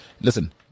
Listen